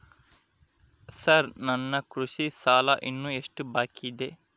Sir ನನ್ನ ಕೃಷಿ ಸಾಲ ಇನ್ನು ಎಷ್ಟು ಬಾಕಿಯಿದೆ?